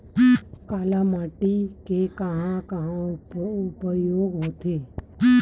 काली माटी के कहां कहा उपयोग होथे?